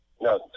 No